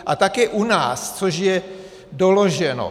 A také u nás, což je doloženo.